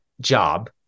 job